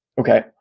Okay